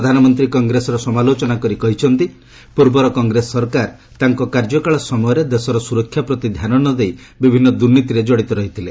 ପ୍ରଧାନମନ୍ତ୍ରୀ କଂଗ୍ରେସର ସମାଲୋଚନା କରି କହିଛନ୍ତି ପୂର୍ବର କଂଗ୍ରେସ ସରକାର ତାଙ୍କ କାର୍ଯ୍ୟକାଳ ସମୟରେ ଦେଶର ସୁରକ୍ଷାପ୍ରତି ଧ୍ୟାନ ନ ଦେଇ ବିଭିନ୍ନ ଦୁର୍ନୀତିରେ କଡିତ ରହିଥିଲେ